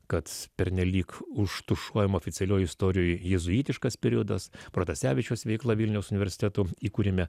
kad pernelyg užtušuojama oficialioj istorijoj jėzuitiškas periodas protasevičiaus veikla vilniaus universiteto įkūrime